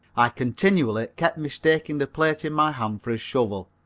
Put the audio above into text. i continually kept mistaking the plate in my hand for a shovel,